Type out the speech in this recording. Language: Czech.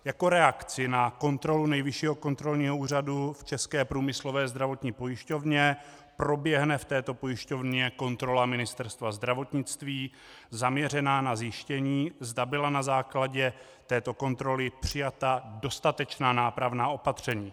Jako reakce na kontrolu Nejvyššího kontrolního úřadu v České průmyslové zdravotní pojišťovně proběhne v této pojišťovně kontrola Ministerstva zdravotnictví zaměřená na zjištění, zda byla na základě této kontroly přijata dostatečná nápravná opatření.